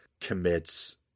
commits